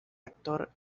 actor